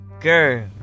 girl